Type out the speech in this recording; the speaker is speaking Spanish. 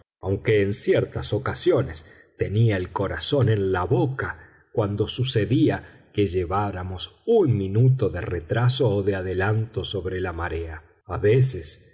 aunque en ciertas ocasiones tenía el corazón en la boca cuando sucedía que lleváramos un minuto de retraso o de adelanto sobre la marea a veces